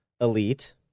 elite